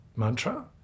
mantra